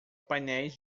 painéis